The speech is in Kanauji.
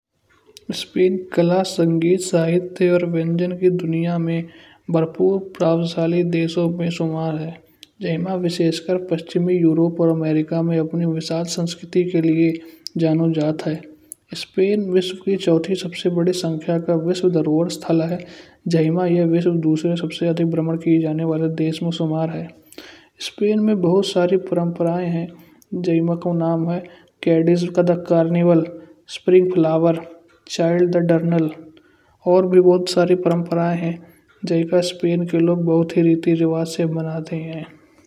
स्पेन कला, संगीत साहित्य और व्यंजन की दुनिया में भरपूर प्रभावशाली देशों में शामिल है। जयहां विशेषकर पश्चिमी यूरोप और अमेरिका में अपने विशाल संस्कृति के लिए जाना जाता है। स्पेन विश्व की चौथी सबसे बड़ी संख्या का विश्व धरोहर स्थल है। जयहां यह विश्व दूसरे सबसे अधिक भ्रमण की जाने वाले देश में समार है। स्पेन में बहुत सारी परंपराएँ हैं। जयहां में जैसे: कड्डिज्म तथा कार्निवल स्प्रिंग फ्लावर चाईल्ड ड्यूदुरनल और भी बहुत सारी परंपराएँ हैं। जयहां स्पेन के लोग बहुत ही रीति रिवाज से मानते हैं।